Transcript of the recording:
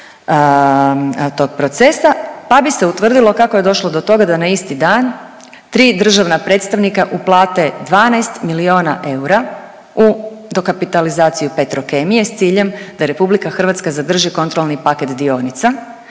tog procesa, pa bi se utvrdilo kako je došlo do toga da na isti dan tri državna predstavnika uplate 12 milijona eura u dokapitalizaciju Petrokemije s ciljem da Republika Hrvatska zadrži kontrolni paket dionica.